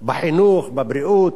בחינוך, בבריאות,